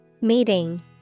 meeting